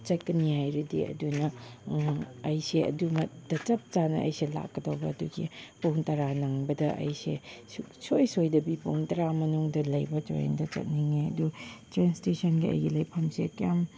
ꯆꯠꯀꯅꯤ ꯍꯥꯏꯔꯗꯤ ꯑꯗꯨꯅ ꯑꯩꯁꯦ ꯑꯗꯨꯅ ꯆꯞꯆꯥꯅ ꯂꯥꯛꯀꯗꯧꯕ ꯑꯗꯨꯒꯤ ꯄꯨꯡ ꯇꯔꯥ ꯅꯪꯕꯗ ꯑꯩꯁꯦ ꯁꯨꯡꯁꯣꯏ ꯁꯣꯏꯗꯕꯤ ꯄꯨꯡ ꯇꯔꯥ ꯃꯅꯨꯡꯗ ꯂꯩꯕ ꯇ꯭ꯔꯦꯟꯗ ꯆꯠꯅꯤꯡꯉꯦ ꯑꯗꯨ ꯇ꯭ꯔꯦꯟ ꯏꯁꯇꯦꯁꯟꯒ ꯑꯩ ꯂꯩꯐꯝꯁꯤꯒ ꯀꯌꯥꯝ